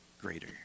greater